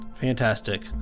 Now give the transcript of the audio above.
Fantastic